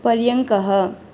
पर्यङ्कः